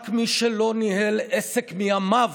רק מי שלא ניהל עסק מימיו